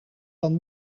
van